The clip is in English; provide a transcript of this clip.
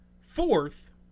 Fourth